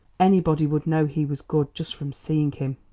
anybody would know he was good just from seeing him.